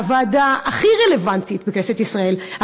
והוועדה הכי רלוונטית בכנסת ישראל,